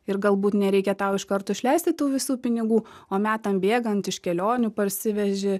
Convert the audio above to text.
ir galbūt nereikia tau iš karto išleisti tų visų pinigų o metam bėgant iš kelionių parsiveži